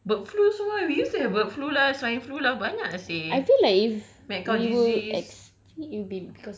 so bird flu semua we used to have bird flu lah swine flu lah banyak lah seh mad cow disease